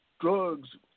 drugs